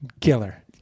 killer